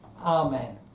Amen